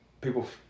people